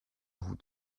hut